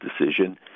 decision